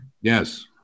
Yes